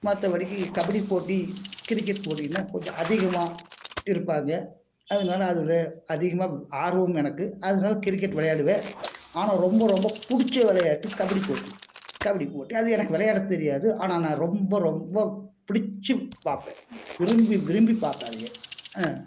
மற்றபடிக்கி கபடி போட்டி கிரிக்கெட் போட்டின்னா கொஞ்சம் அதிகமாக இருப்பாங்க அதனால அதில் அதிகமாக ஆர்வமும் எனக்கு அதனால கிரிக்கெட்டு விளையாடுவேன் ஆனால் ரொம்ப ரொம்ப பிடிச்ச விளையாட்டு கபடி போட்டி கபடி போட்டி அது எனக்கு விளையாட தெரியாது ஆனால் நான் ரொம்ப ரொம்ப பிடிச்சி பார்ப்பேன் விரும்பி விரும்பி பார்ப்பேன் அதையே